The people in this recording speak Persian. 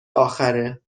آخره